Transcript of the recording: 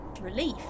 relief